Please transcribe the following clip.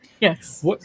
Yes